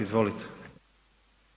Izvolite.